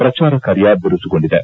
ಪ್ರಚಾರ ಕಾರ್ಯ ಬಿರುಸುಗೊಂಡಿದೆ